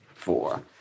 four